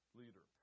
leader